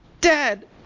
dad